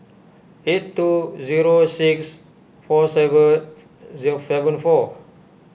eight two zero six four seven zero seven four